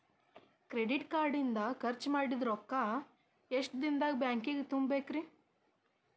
Credit card ಇಂದ್ ಖರ್ಚ್ ಮಾಡಿದ್ ರೊಕ್ಕಾ ಎಷ್ಟ ದಿನದಾಗ್ ಬ್ಯಾಂಕಿಗೆ ತುಂಬೇಕ್ರಿ?